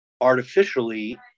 artificially